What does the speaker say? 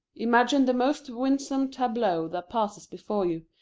imagine the most winsome tableau that passes before you,